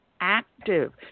active